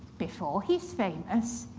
before he's famous,